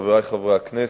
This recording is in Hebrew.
חברי חברי הכנסת,